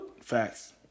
Facts